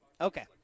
Okay